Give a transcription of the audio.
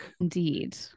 Indeed